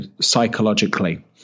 psychologically